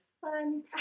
fun